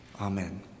Amen